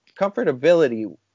comfortability